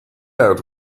out